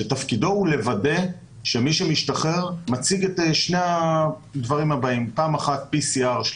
ותפקידו הוא לוודא שמי שמשתחרר מציג PCR שלילי